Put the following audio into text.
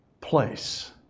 place